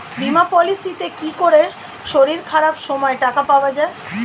বীমা পলিসিতে কি করে শরীর খারাপ সময় টাকা পাওয়া যায়?